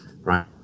right